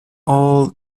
all